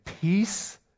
peace